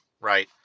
right